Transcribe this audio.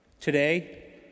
Today